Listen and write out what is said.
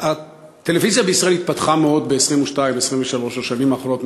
הטלוויזיה בישראל התפתחה מאוד ב-22 23 השנים האחרונות,